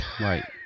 Right